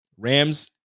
Rams